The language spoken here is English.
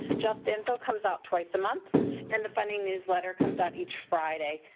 justinfo comes out twice a month and the funding newsletter comes out each friday.